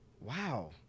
Wow